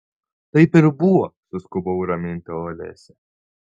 taip ir buvo suskubau raminti olesią